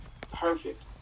perfect